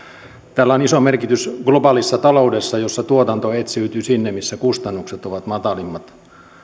tällä on iso merkitys globaalissa taloudessa jossa tuotanto etsiytyy sinne missä kustannukset ovat matalimmat